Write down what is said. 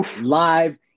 live